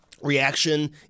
reaction